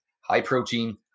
high-protein